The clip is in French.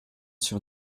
sur